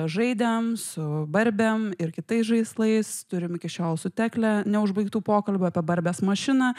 žaidėm su barbėm ir kitais žaislais turim iki šiol su tekle neužbaigtų pokalbių apie barbės mašiną